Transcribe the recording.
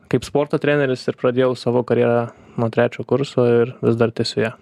kaip sporto treneris ir pradėjau savo karjerą nuo trečio kurso ir vis dar tęsiu ją